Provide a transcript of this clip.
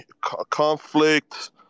conflict